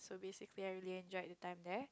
basically I really enjoyed the time there